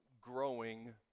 growing